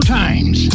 times